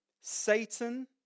Satan